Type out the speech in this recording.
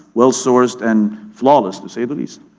well-sourced and flawless, to say the least.